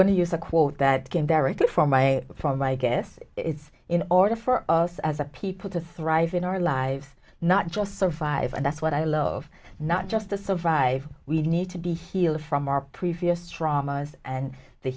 going to use a quote that came directly from my from my guess is in order for us as a people to thrive in our lives not just survive and that's what i love not just to survive we need to be healed from our previous traumas and the